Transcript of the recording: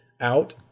out